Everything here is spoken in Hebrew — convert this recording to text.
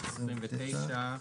כן.